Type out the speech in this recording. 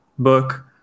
book